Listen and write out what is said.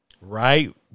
Right